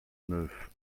neuf